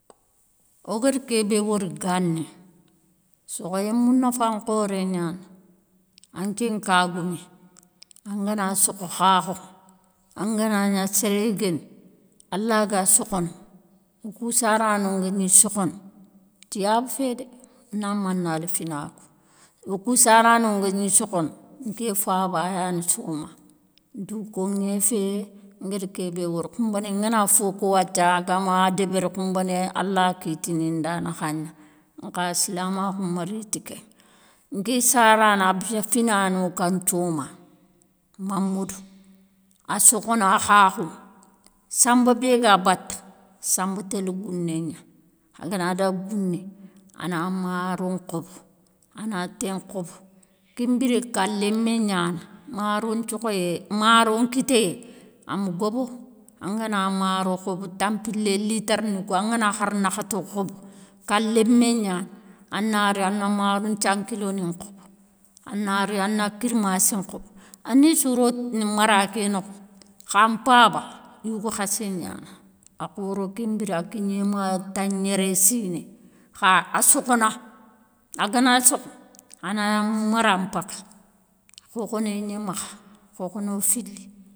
Ogada ké bé wori gani, sokhoyé mounafa nkhoré gnani anké nka goumé; angana sokho khakho, angana gna séré guéni a laga sokhono. wo kou sarano ngagni sokhono. tiyabou fé dé na manayél finako. Wo kou sarano ngagni sokhono nké faba a yani soma, dou koŋé fé ngadi kébé wori, khounbané ngana fo ko wathia, gama débéri khounbané, alla kitini nda nakhaŋa, nkha silamakhou mari ti ké. Nké sarana a finana wo ka nthioma, mamadou a sokhona khakho, samba bé ga batta. samba télé gouné gna. a gana daga gouné, a na maro nkhobo, a na té nkhobo, kenbiré ka lémé gnani maro nthiokhoyé, maro nkitéyé a ma gobo angana maro khobo tanpilé litarani kou angana hari nakhato khobo ka lémé gnani, ana ri a na marou nthiankiloni nkhobo, a na ri a na kirmassi nkhobo, a nissou ro mara ké nokho. Kha npaba yougou khassé gnani, a khoro kenbiré a kigné ma tagnéré siné, kha a sokhona, a gana sokho, a na mara npaga, khokhono gnimakha, khokhono fili.